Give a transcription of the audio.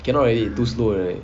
cannot already too slow already